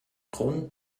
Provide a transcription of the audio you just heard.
grund